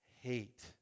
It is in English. hate